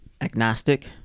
agnostic